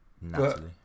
Natalie